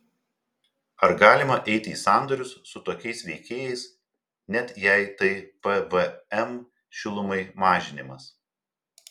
ar galima eiti į sandorius su tokiais veikėjais net jei tai pvm šilumai mažinimas